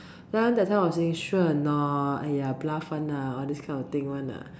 then that time I was saying sure or not !aiya! bluff [one] lah all these kind of things [one] lah